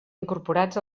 incorporats